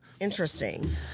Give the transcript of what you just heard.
Interesting